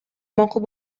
макул